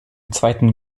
zweiten